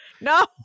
No